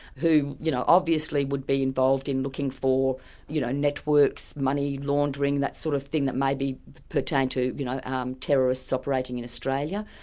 who you know obviously would be involved in looking for you know networks, money laundering, that sort of thing, that may pertain to you know um terrorists operating in australia,